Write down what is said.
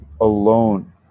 alone